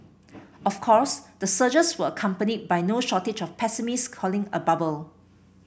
of course the surges were accompanied by no shortage of pessimists calling a bubble